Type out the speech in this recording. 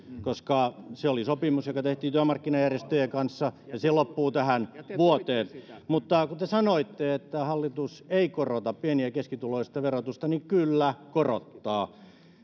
koska se oli sopimus joka tehtiin työmarkkinajärjestöjen kanssa ja se loppuu tähän vuoteen mutta kun te sanoitte että hallitus ei korota pieni ja keskituloisten verotusta niin kyllä korottaa